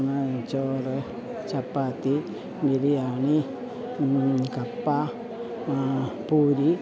ചോറ് ചപ്പാത്തി ബിരിയാണി കപ്പ പൂരി